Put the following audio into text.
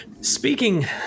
speaking